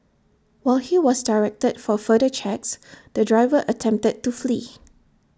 while he was directed for further checks the driver attempted to flee